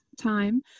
time